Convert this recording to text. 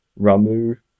ramu